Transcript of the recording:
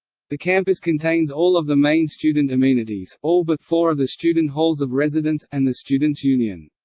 the campus contains all of the main student amenities, all but four of the student halls of residence, and the students' union.